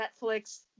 Netflix